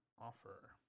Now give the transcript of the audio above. offer